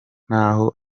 ntaho